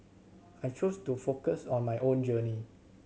I choose to focus on my own journey